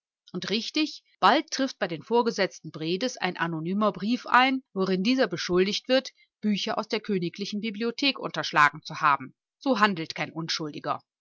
und richtig bald trifft bei den vorgesetzten bredes ein anonymer brief ein worin dieser beschuldigt wird bücher aus der königlichen bibliothek unterschlagen zu haben so handelt kein unschuldiger